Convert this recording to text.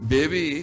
Baby